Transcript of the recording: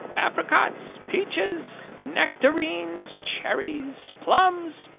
apricots, peaches, nectarines, cherries, plums,